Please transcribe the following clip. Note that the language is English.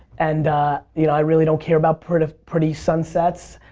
and you know i really don't care about sort of pretty sunsets.